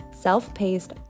self-paced